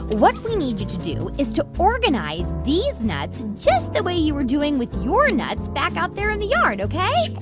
what we need you to do is to organize these nuts just the way you were doing with your nuts back out there in the yard, ok?